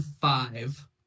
five